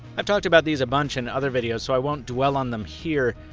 i've talked about these a bunch in other videos, so i won't dwell on them here,